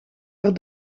haar